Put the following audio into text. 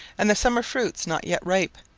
and the summer fruits not yet ripe,